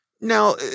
Now